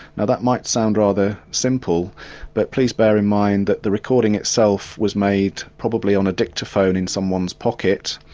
now that might sound rather simple but please bear in mind that the recording itself was made probably on a dictaphone in someone's pocket.